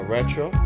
Retro